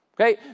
okay